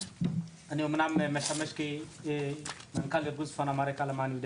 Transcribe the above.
אני אמנם משמש כמנכ"ל ארגון צפון אמריקה למען יהודי